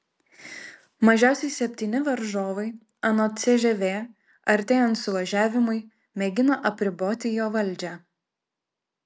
mažiausiai septyni varžovai anot cžv artėjant suvažiavimui mėgina apriboti jo valdžią